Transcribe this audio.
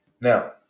now